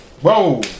Whoa